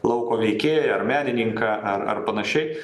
lauko veikėją ar menininką ar ar panašiai